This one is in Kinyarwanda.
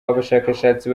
abashakashatsi